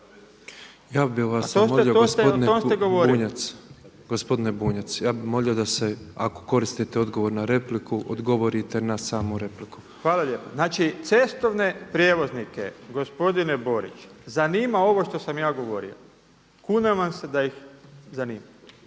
Bunjac, gospodine Bunjac, ja bih molio da se ako koristite odgovor na repliku odgovorite na samu repliku. **Bunjac, Branimir (Živi zid)** Hvala lijepa. Znači cestovne prijevoznike, gospodine Borić, zanima ovo što sam ja govorio, kunem vam se da ih zanima.